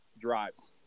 drives